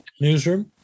Newsroom